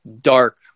dark